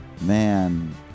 man